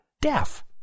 deaf